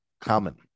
common